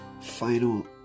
final